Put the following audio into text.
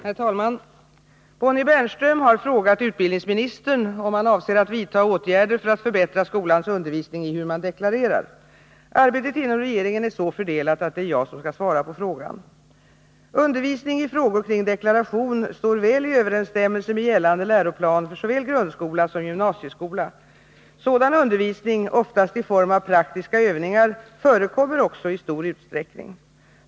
Herr talman! Bonnie Bernström har frågat utbildningsministern om han avser vidta åtgärder för att förbättra skolans undervisning i hur man deklarerar. Arbetet inom regeringen är så fördelat att det är jag som skall svara på frågan. Undervisning i frågor kring självdeklaration står väl i överensstämmelse med gällande läroplan för såväl grundskola som gymnasieskola. Sådan undervisning — oftast i form av praktiska övningar — förekommer också i stor utsträckning.